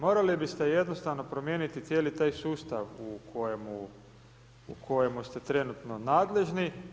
Morali biste jednostavno promijeniti cijeli taj sustav u kojemu ste trenutno nadležni.